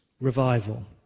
revival